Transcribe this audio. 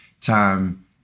time